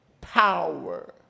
power